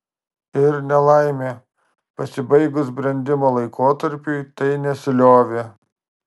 ir nelaimė pasibaigus brendimo laikotarpiui tai nesiliovė